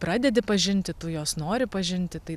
pradedi pažinti tu juos nori pažinti tai